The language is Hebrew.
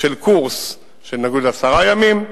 של קורס של נגיד עשרה ימים,